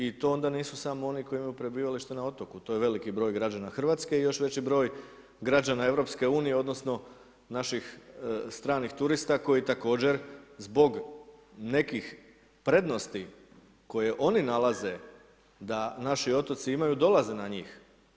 I to onda nisu samo oni koji imaju prebivalište na otoku, to je veliki broj građana Hrvatske i još veći broj građana EU, odnosno, naših stranih turista, koji također zbog nekih prednosti, koje oni nalazi, da naši otoci imaju, dolaze na njih.